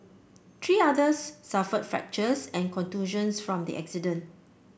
three others suffered fractures and contusions from the accident